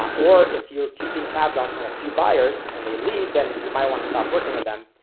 or if you're keeping tabs on on a few buyers and they leave then you might want to stop working with them.